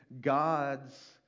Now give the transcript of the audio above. God's